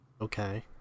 Okay